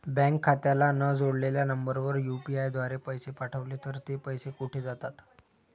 Bank खात्याला न जोडलेल्या नंबरवर यु.पी.आय द्वारे पैसे पाठवले तर ते पैसे कुठे जातात?